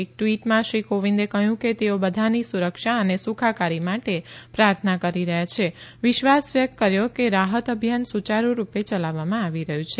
એક ટ્વીટમાં શ્રી કોવિંદે કહ્યું કે તેઓ બધાની સુરક્ષા અને સુખાકારી માટે પ્રાર્થના કરે છે અને વિશ્વાસ વ્યક્ત કર્યો કે રાહત અભિયાન સુચારૂ રૂપે ચલાવવામાં આવી રહ્યું છે